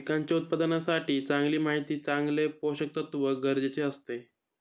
पिकांच्या उत्पादनासाठी चांगली माती चांगले पोषकतत्व गरजेचे असते